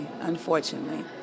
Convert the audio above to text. Unfortunately